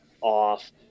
off